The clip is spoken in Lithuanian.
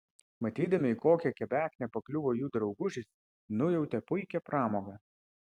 matydami į kokią kebeknę pakliuvo jų draugužis nujautė puikią pramogą